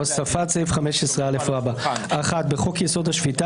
הוספת סעיף 15 א 1. בחוק־יסוד: השפיטה